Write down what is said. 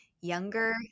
younger